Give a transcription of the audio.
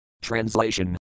Translation